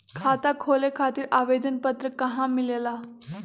खाता खोले खातीर आवेदन पत्र कहा मिलेला?